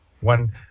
One